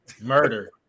Murder